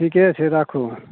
ठीके छै राखू